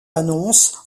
annonce